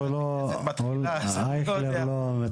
לא יהודים.